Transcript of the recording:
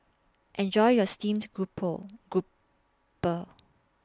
Enjoy your Steamed Grouper Grouper